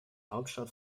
hauptstadt